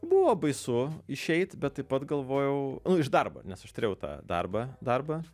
buvo baisu išeit bet taip pat galvojau nu iš darbo nes aš turėjau tą darbą darbą